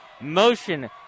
Motion